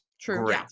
True